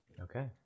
Okay